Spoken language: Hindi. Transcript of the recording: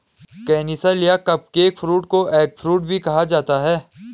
केनिसल या कपकेक फ्रूट को एगफ्रूट भी कहा जाता है